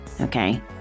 okay